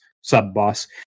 sub-boss